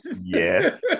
Yes